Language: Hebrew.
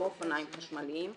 לא אופניים חשמליים,